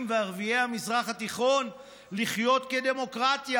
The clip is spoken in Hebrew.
וערביי המזרח התיכון לחיות כדמוקרטיה,